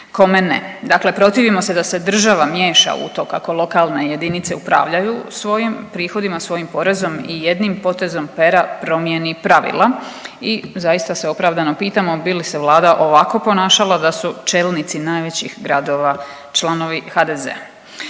Dakle, protivimo se da se država miješa u to kako lokalne jedinice upravljaju svojim prihodima, svojim porezom i jednim potezom pera promijeni pravila. I zaista se opravdano pitamo bi li se Vlada ovako ponašala da su čelnici najvećih gradova članovi HDZ.